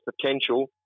potential